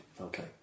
Okay